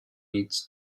needs